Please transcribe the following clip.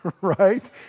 Right